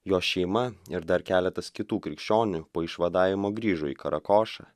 jos šeima ir dar keletas kitų krikščionių po išvadavimo grįžo į karakošą